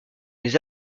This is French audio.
les